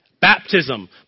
baptism